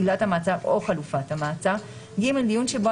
עילת המעצר או חלופת המעצר; (ג) דיון שבו